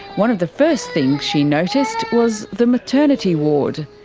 one of the first things she noticed was the maternity ward.